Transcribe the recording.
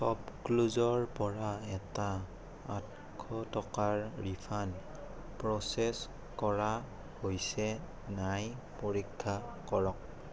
শ্ব'পক্লুজৰ পৰা এটা আঠশ টকাৰ ৰিফাণ্ড প্ৰ'চেছ কৰা হৈছে নাই পৰীক্ষা কৰক